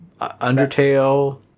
Undertale